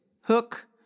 hook